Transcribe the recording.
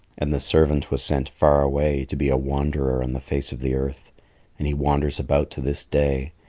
and the servant was sent far away to be a wanderer on the face of the earth and he wanders about to this day,